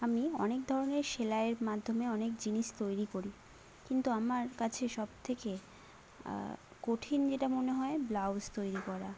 আমি অনেক ধরণের সেলাইয়ের মাধ্যমে অনেক জিনিস তৈরি করি কিন্তু আমার কাছে সব থেকে কঠিন যেটা মনে হয় ব্লাউজ তৈরি করা